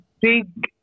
big